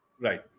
Right